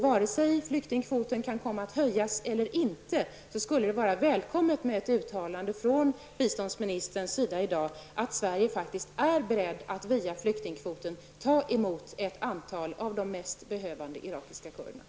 Vare sig flyktingkvoten kan komma att höjas eller inte, skulle det vara välkommet med ett uttalande från biståndsministern, att Sverige faktiskt är berett att via flyktingkvoten ta emot ett antal av de mest behövande irakiska kurderna.